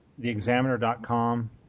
theexaminer.com